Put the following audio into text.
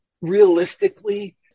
realistically